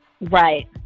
Right